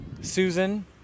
Susan